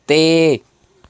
ਤੇ